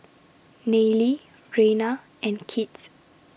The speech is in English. Nayely Reyna and Kits